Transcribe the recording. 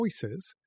choices